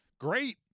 great